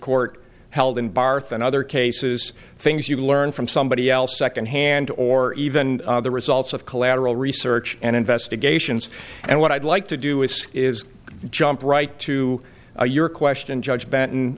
court held in barth and other cases things you learn from somebody else secondhand or even the results of collateral research and investigations and what i'd like to do is is jump right to your question